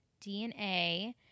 DNA